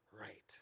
right